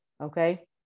okay